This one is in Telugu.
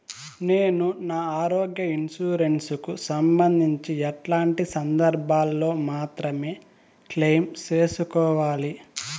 నేను నా ఆరోగ్య ఇన్సూరెన్సు కు సంబంధించి ఎట్లాంటి సందర్భాల్లో మాత్రమే క్లెయిమ్ సేసుకోవాలి?